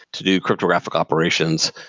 to do crypto graphic operations,